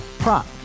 Prop